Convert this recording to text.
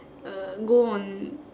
uh go on